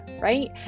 right